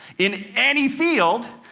in any field,